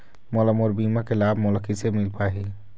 मोला मोर बीमा के लाभ मोला किसे मिल पाही?